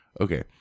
Okay